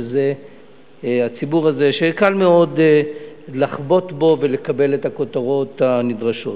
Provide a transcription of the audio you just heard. שזה הציבור הזה שקל מאוד לחבוט בו ולקבל את הכותרות הנדרשות.